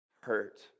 hurt